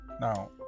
Now